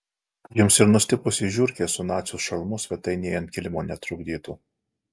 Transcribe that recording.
jums ir nustipusi žiurkė su nacių šalmu svetainėje ant kilimo netrukdytų